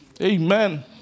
Amen